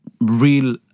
real